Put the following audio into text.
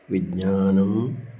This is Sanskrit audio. विज्ञानम्